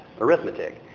arithmetic